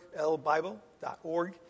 lbible.org